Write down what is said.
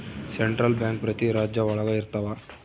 central bank ಪ್ರತಿ ರಾಜ್ಯ ಒಳಗ ಇರ್ತವ